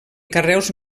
carreus